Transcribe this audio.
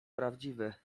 prawdziwe